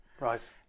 Right